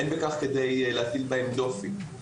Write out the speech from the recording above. אין בכך כדי להטיל בהם דופי.